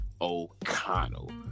o'connell